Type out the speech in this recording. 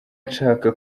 nshaka